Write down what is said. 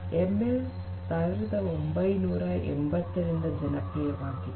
ML ೧೯೮೦ ರಿಂದ ಜನಪ್ರಿಯವಾಗಿದೆ